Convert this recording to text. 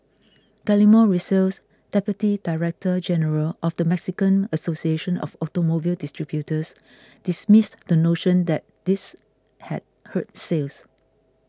Guillermo Rosales Deputy Director General of the Mexican Association of Automobile Distributors dismissed the notion that this had hurt sales